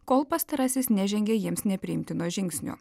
kol pastarasis nežengė jiems nepriimtino žingsnio